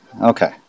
Okay